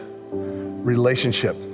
relationship